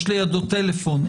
יש לידו טלפון,